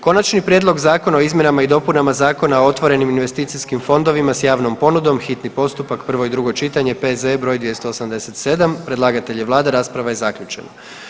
Konačni prijedlog zakona o izmjenama i dopunama Zakona o otvorenim investicijskim fondovima s javnom ponudom, hitni postupak, prvo i drugo čitanje, P.Z.E. br. 287, predlagatelj je Vlada, rasprava je zaključena.